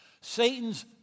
Satan's